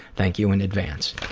thank you in advance.